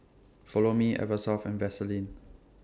Follow Me Eversoft and Vaseline